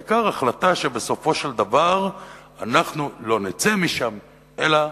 העיקר, החלטה שבסופו של דבר אנחנו לא נצא משם אלא